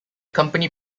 company